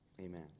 Amen